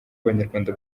abanyarwanda